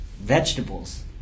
vegetables